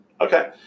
Okay